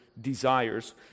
desires